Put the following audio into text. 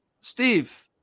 Steve